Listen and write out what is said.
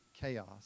chaos